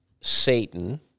Satan